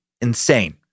insane